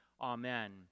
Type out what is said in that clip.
Amen